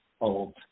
old